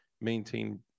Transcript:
maintain